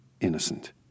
innocent